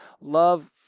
love